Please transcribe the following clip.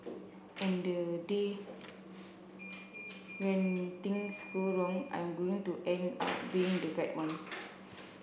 and the day when things go wrong I'm going to end up being the bad one